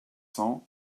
cents